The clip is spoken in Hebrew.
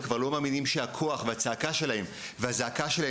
הם כבר לא מאמינים שיש לצעקה ולזעקה שלהם